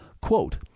quote